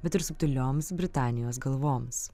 bet ir subtilioms britanijos galvoms